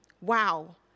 Wow